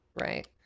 right